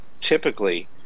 typically